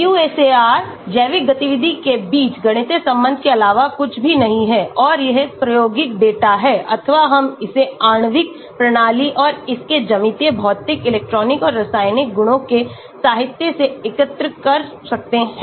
QSAR जैविक गतिविधि के बीच गणितीय संबंध के अलावा कुछ भी नहीं है और यह प्रायोगिक डेटा है अथवा हम इसे आणविक प्रणाली और इसके ज्यामितीय भौतिक इलेक्ट्रॉनिक और रासायनिक गुणों के साहित्य से एकत्र कर सकते हैं